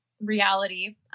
reality